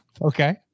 Okay